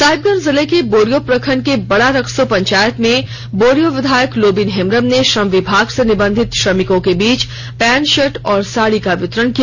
साहिबगंज जिले के बोरियो प्रखंड के बड़ा रक्सो पंचायत में बोरियो विधायक लोबिन हेंब्रम ने श्रम विभाग से निबंधित श्रमिकों के बीच पैंट शर्ट और साड़ी का वितरण किया